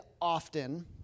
often